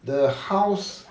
the house